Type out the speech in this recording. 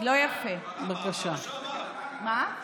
לא את